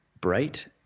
bright